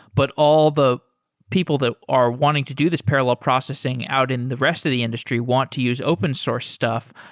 but all the people that are wanting to do this parallel processing out in the rest of the industry want to use open source stuff.